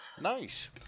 Nice